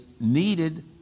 needed